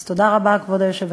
אז תודה רבה, כבוד היושבת-ראש,